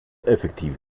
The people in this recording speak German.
effektiv